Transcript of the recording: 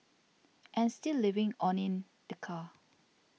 and still living on in the car